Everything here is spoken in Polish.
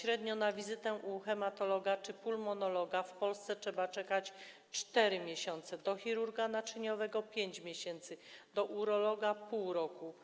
Średnio na wizytę u hematologa czy pulmonologa w Polsce trzeba czekać 4 miesiące, u chirurga naczyniowego - 5 miesięcy, u urologa - pół roku,